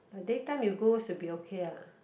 but daytime you go should be okay ah